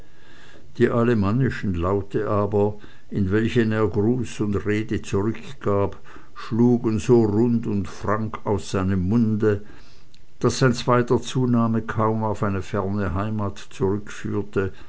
die alemannischen laute aber in welchen er gruß und rede zurückgab schlugen so rund und frank aus seinem munde daß sein zweiter zuname kaum auf eine ferne heimat